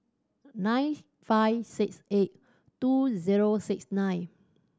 nine five six eight two zero six nine